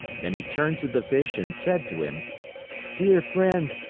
then he turned to the fish and said to him dear friend,